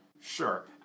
Sure